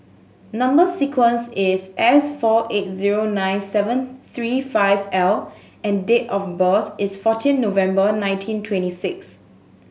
number sequence is S four eight zero nine seven three five L and date of birth is fourteen November nineteen twenty six